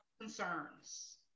concerns